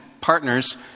partners